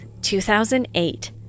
2008